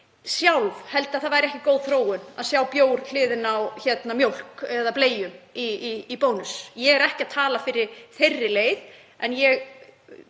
sjálf held að það væri ekki góð þróun að sjá bjór við hliðina á mjólk eða bleium í Bónus. Ég er ekki að tala fyrir þeirri leið. Mér